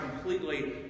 completely